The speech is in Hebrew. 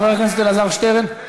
חבר הכנסת אלעזר שטרן.